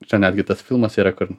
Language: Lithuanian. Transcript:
čia netgi tas filmas yra kur